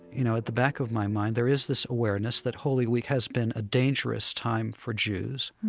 you know, at the back of my mind there is this awareness that holy week has been a dangerous time for jews.